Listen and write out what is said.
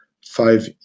five